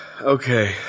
Okay